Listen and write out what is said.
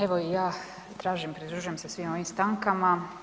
Evo i ja tražim i pridružujem se svim ovim stankama.